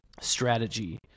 strategy